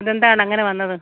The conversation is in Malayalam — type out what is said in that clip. അതെന്താണ് അങ്ങനെ വന്നത്